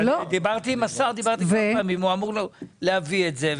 דיברתי עם השר, הוא אמור להביא את זה.